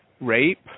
rape